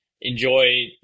enjoy